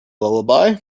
lullaby